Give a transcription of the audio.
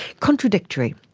contradictory,